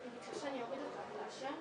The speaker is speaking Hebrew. עכשיו אני שומע אותך היטב.